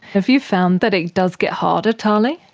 have you found that it does get harder, tali?